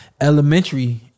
elementary